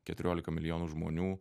keturiolika milijonų žmonių